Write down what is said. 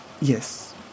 Yes